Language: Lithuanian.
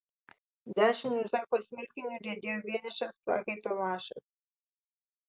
dešiniu zako smilkiniu riedėjo vienišas prakaito lašas